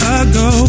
ago